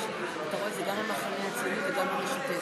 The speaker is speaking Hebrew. גם המחנה הציוני וגם המשותפת.